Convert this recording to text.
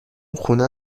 خونه